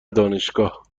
دانشگاه